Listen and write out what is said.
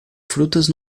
frutas